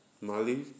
Mali